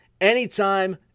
anytime